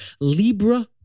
Libra